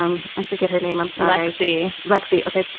um i forget her name. i'm sexy. lexie. ok.